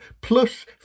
plus